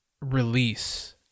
release